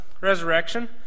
resurrection